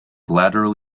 lateral